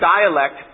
dialect